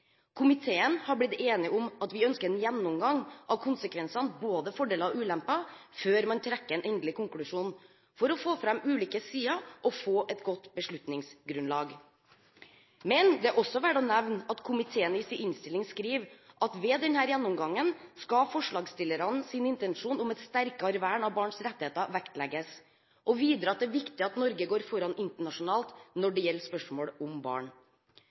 Komiteen har blitt enig om at vi ønsker en gjennomgang av konsekvensene – både fordeler og ulemper – før man trekker en endelig konklusjon for å få fram ulike sider og få et godt beslutningsgrunnlag. Men det er også verdt å nevne at komiteen i sin innstilling skriver at ved denne gjennomgangen skal forslagsstillernes intensjon om et sterkere vern av barns rettigheter vektlegges, og videre at det er viktig at Norge går foran internasjonalt når det gjelder spørsmål om barn.